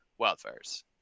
wildfires